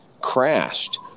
crashed